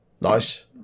Nice